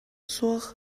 суох